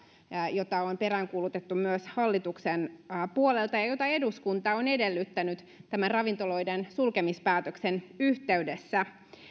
jota on peräänkuulutettu myös hallituksen puolelta ja jota eduskunta on edellyttänyt ravintoloiden sulkemispäätöksen yhteydessä